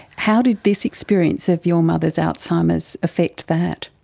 how did this experience of your mother's alzheimer's affect that?